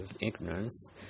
ignorance